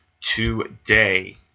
today